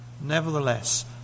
Nevertheless